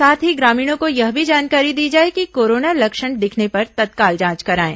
साथ ही ग्रामीणों को यह भी जानकारी दी जाए कि कोरोना लक्षण दिखने पर तत्काल जांच कराएं